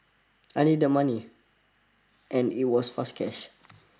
I needed the money and it was fast cash